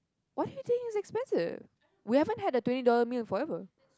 why do you think is expensive we haven't had a twenty dollars meal forever